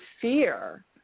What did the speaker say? fear